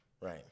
right